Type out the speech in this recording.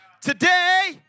Today